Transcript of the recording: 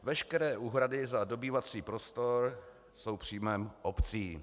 Veškeré úhrady za dobývací prostor jsou příjmem obcí.